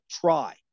try